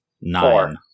Nine